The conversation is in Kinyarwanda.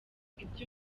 ibyo